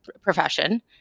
profession